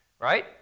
right